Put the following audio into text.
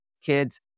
kids